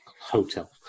hotel